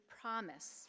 promise